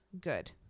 Good